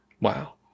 Wow